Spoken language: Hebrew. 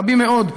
רבים מאוד,